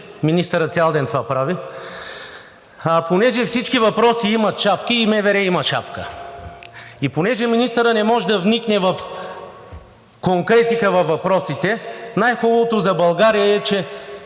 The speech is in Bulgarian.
Министърът цял ден това прави. Понеже всички въпроси имат шапки и МВР има шапка. И понеже министърът не може да вникне в конкретика във въпросите, най-хубавото за България е, че